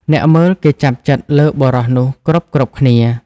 អ្នកមើលគេចាប់ចិត្តលើបុរសនោះគ្រប់ៗគ្នា។